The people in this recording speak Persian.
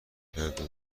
کرده